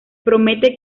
promete